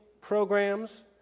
programs